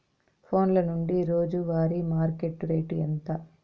ఫోన్ల నుండి రోజు వారి మార్కెట్ రేటు ఎంత?